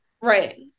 right